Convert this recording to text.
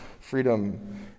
Freedom